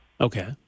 okay